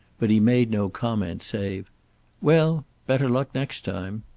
but he made no comment save well, better luck next time.